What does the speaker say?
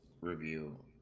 review